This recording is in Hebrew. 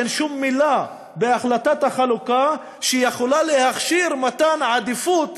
אין שום מילה בהחלטת החלוקה שיכול להכשיר מתן עדיפות,